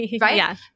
right